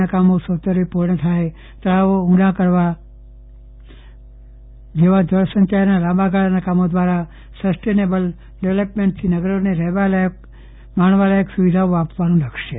ના કામો સત્વરે પૂર્ણ થાય તળાવો ઉંડા કરવા જેવા જળસંચયના લાંબાગાળાના કામો દ્વારા સસ્ટેઇનેબલ ડેવલપમેન્ટથી નગરોને રહેવા લાયક માણવાલાયક સુવિધાઓ આપવાનું આપણું લક્ષ્ય છે